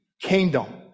kingdom